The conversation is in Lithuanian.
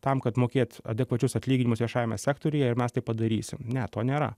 tam kad mokėt adekvačius atlyginimus viešajame sektoriuje ir mes tai padarysim ne to nėra